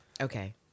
okay